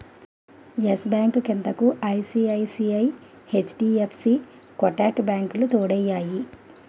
yes Bank క్రిందకు ICICI, HDFC Kotak బ్యాంకులు తోడయ్యాయి